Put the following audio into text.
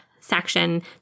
section